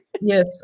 yes